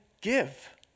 give